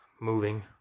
moving